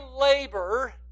labor